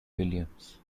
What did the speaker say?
williams